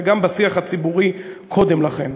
וגם בשיח הציבורי קודם לכן,